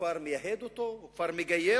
הוא כבר לא מה שהיה.